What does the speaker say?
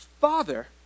father